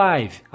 Live